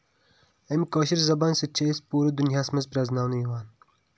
اَمہِ کٲشِر زَبان سۭتۍ چھِ أسۍ پوٗرٕ دُنیاہَس منٛز پرزٕناونہٕ یِوان